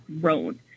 grown